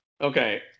Okay